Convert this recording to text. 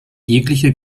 jegliche